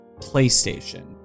playstation